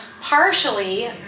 partially